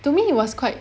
to me it was quite